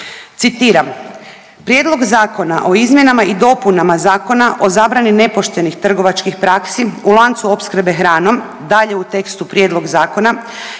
Citiram,